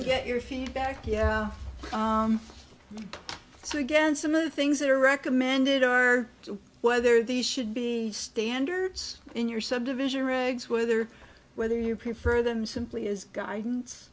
to get your feedback yeah so again some of the things that are recommended are whether these should be standards in your subdivision regs whether whether you prefer them simply is guidance